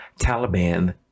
Taliban